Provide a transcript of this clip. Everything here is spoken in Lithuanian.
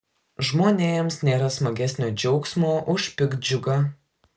žmonėms nėra smagesnio džiaugsmo už piktdžiugą